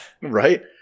Right